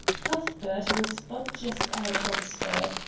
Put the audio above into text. cuthbert was but just out of oxford.